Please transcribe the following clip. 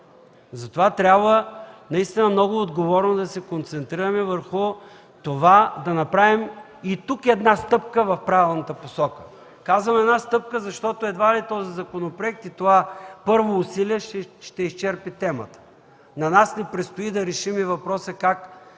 Затова трябва наистина много отговорно да се концентрираме върху това да направим и тук една стъпка в правилната посока. Казвам една стъпка, защото едва ли този законопроект и това първо усилие ще изчерпи темата. На нас ни предстои да решим въпроса как,